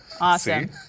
Awesome